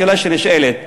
השאלה שנשאלת: